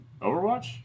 Overwatch